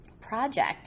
project